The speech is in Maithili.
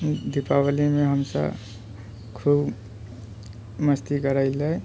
दीपावलीमे हमसब खूब मस्ती करै ले